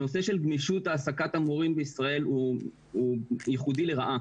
הנושא של גמישות העסקת המורים בישראל הוא ייחודי לרעה.